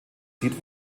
zieht